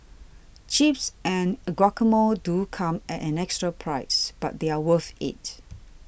chips and a guacamole do come at an extra price but they're worth it